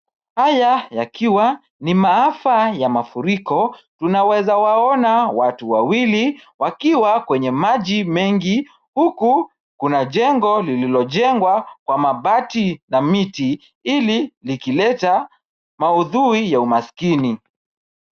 Haya yakiwa ni maafa ya mafuriko, tunaweza waona watu wawili wakiwa kwenye maji mengi, huku kuna jengo lililojengwa kwa mabati na miti, ili likileta maudhui ya umasikini.